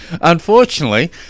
Unfortunately